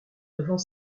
devant